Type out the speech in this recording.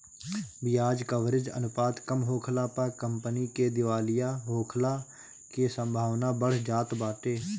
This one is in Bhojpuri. बियाज कवरेज अनुपात कम होखला पअ कंपनी के दिवालिया होखला के संभावना बढ़ जात बाटे